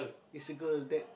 is a girl that